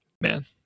man